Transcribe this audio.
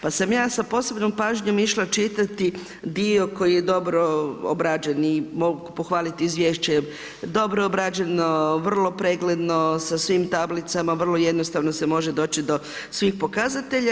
Pa sam ja sa posebnom pažnjom išla čitati dio koji je dobro obrađen i mogu pohvaliti izvješće je dobro obrađeno, vrlo pregledno sa svim tablicama, vrlo jednostavno se može doći do svih pokazatelja.